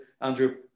Andrew